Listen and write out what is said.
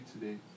today